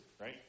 right